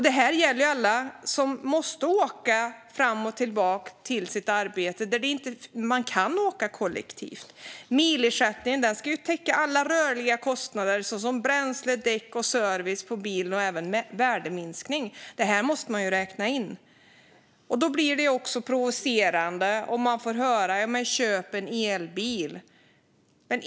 Detta gäller alla som måste åka fram och tillbaka till sitt arbete och inte kan åka kollektivt. Milersättningen ska täcka alla rörliga kostnader såsom bränsle, däck och service för bilen och även värdeminskning. Detta måste man räkna in. Det blir också provocerande att få höra att man ska köpa en elbil.